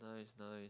nice nice